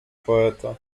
poeta